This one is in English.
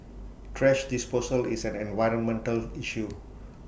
thrash disposal is an environmental issue